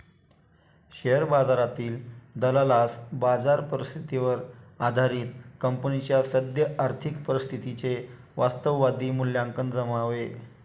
share बाजारातील दलालास बाजार परिस्थितीवर आधारित कंपनीच्या सद्य आर्थिक परिस्थितीचे वास्तववादी मूल्यांकन जमावे